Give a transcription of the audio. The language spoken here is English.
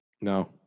No